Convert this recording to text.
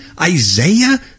Isaiah